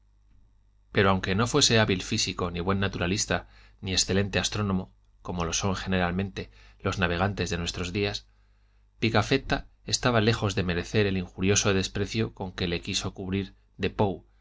pero aunque no fuese hábil físico ni buen naturalista ni excelente astrónomo como lo son generalmente los navegantes de nuestros días pigafetta estaba lejos de merecer el injurioso desprecio con que le quiso cubrir de paw